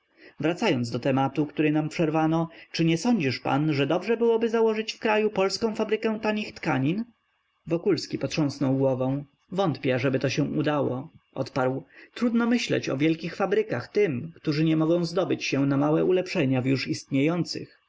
wracając do tematu który nam przerwano czy nie sądzisz pan że dobrze byłoby założyć w kraju polską fabrykę tanich tkanin wokulski potrząsnął głową wątpię ażeby się to udało odparł trudno myśleć o wielkich fabrykach tym którzy nie mogą zdobyć się na małe ulepszenia w już istniejących